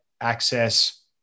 access